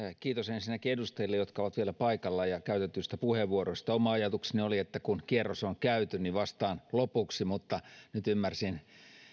kiitos ensinnäkin edustajille jotka ovat vielä paikalla ja käytetyistä puheenvuoroista oma ajatukseni oli että kun kierros on käyty niin vastaan lopuksi mutta nyt ymmärsin